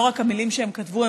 לא רק המילים שהם כתבו,